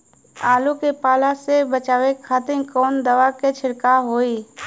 आलू के पाला से बचावे के खातिर कवन दवा के छिड़काव होई?